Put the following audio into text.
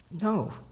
No